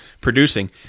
producing